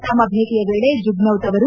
ತಮ್ಮ ಭೇಟಿಯ ವೇಳೆ ಜುಗ್ನೌತ್ ಅವರು